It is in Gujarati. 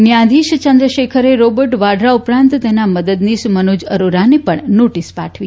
ન્યાયાધીશ ચંદ્રશેખરે રોબર્ટ વાડરા ઉપરાંત તેના મદદનીશ મનોજ અરોરાને પણ નોટીસ પાઠવી છે